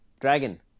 Dragon